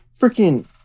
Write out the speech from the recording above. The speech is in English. Freaking